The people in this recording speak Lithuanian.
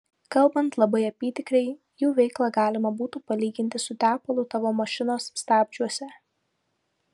kalbant labai apytikriai jų veiklą galima būtų palyginti su tepalu tavo mašinos stabdžiuose